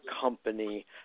company